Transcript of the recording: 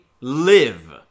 live